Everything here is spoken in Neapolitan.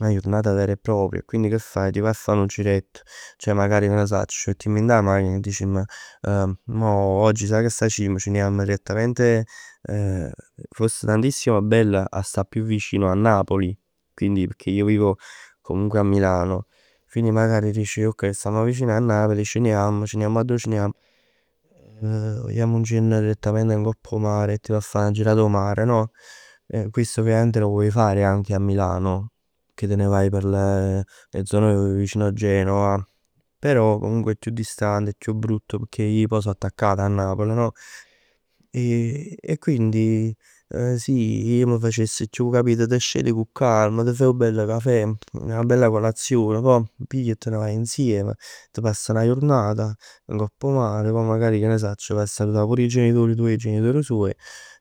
Na jurnata vera e propria e quindi che fai? T' vaje a fa nu girett, ceh magari che ne sacc, ci mettimm dint 'a macina e dicimm, mo oggi saje che facimm? Ce ne jamm direttamente. Foss tantissimo bello a sta più vicino a Napoli, quindi. Pecchè io vivo comunque a Milano. Quindi magari dici ok, stamm vicin a Napoli, ce ne jamm. Arò ce ne jamm? Jammuncenn direttamente ngopp 'o mare e t' vaje a fa 'na girat 'o mare no? Questo ovviamente lo puoi fare anche a Milano, che te ne vai per le zone vicino Genova. Però comunque è chiù distante, è chiù brutto, pecchè ij pò so attaccat a Napl no? E, e quindi si, ij m' facess chiù capit. T' scet cu calma, t' faje nu bell cafè, 'na bella colazione, pò pigl e te ne vaje insiem. T' pass 'na jurnat ngopp 'o mare, pò magari vaje a salutà pur 'e genitori suoj e 'e genitor tuoj,